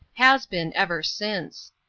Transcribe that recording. has been ever since.